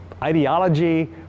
ideology